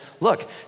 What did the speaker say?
look